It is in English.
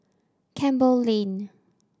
Campbell Lane